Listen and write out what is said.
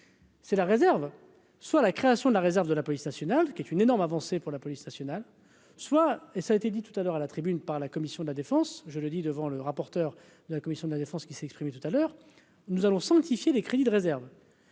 C'est la réserve, soit la création de la réserve de la police nationale qui est une énorme avancée pour la police nationale soit et ça a été dit tout à l'heure à la tribune par la commission de la défense, je le dis devant le rapporteur de la commission de la défense qui s'est exprimé tout à l'heure, nous allons sanctifier les crédits de réserve.